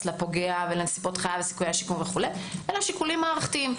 לפוגע ולנסיבות חייו וסיכויי השיקום וכו' אלא שיקולים מערכתיים.